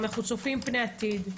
אם אנחנו צופים פני העתיד,